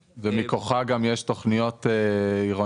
כשמכוחה גם יש תכניות עירוניות